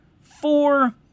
four